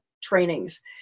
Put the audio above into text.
trainings